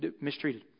mistreated